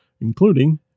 including